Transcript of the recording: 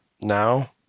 now